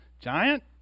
giant